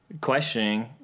questioning